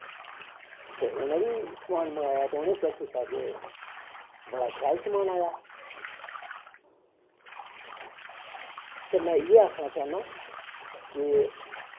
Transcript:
ते उ'नें बी समान मंगाया ते उनें चेक कीता के बड़ा शैल समान आया ते में इ'यै आक्खना चाह्न्नां के